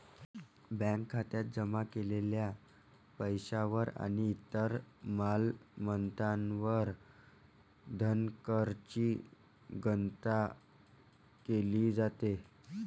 bank खात्यात जमा केलेल्या पैशावर आणि इतर मालमत्तांवर धनकरची गणना केली जाते